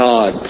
God